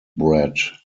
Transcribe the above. bred